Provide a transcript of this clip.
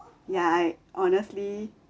ya I honestly